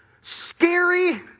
scary